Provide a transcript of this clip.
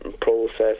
process